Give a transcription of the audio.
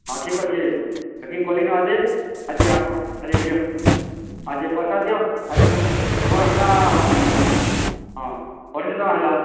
ହଁ ଠିକ୍ ଅଛେ ପେକିଙ୍ଗ୍ କଲିନ ଆଦେ ଆଜି ଆପଣ୍ ଆଦେ ନିଅ ଆଜି ଇ ପଇସା ଦିଅ ଆଜି ତମର୍ ତମର୍ ହେଲା ହଁ ଅଢ଼େଇଶହ ଟଙ୍କା ହେଲା